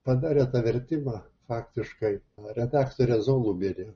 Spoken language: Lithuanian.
padarė tą vertimąfaktiškai redaktorė zolubienė